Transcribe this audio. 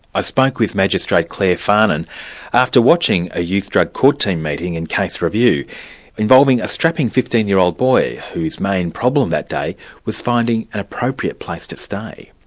i spoke with magistrate clare farnan after watching a youth drug court team meeting and case review involving a strapping fifteen year old boy whose main problem that day was finding an appropriate place to stay.